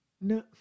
No